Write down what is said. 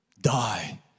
Die